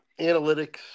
Analytics